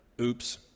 Oops